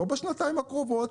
לא בשנתיים הקרובות,